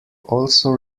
also